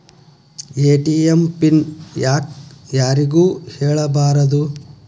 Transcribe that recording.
ATM pin ಯಾಕ್ ಯಾರಿಗೂ ಹೇಳಬಾರದು?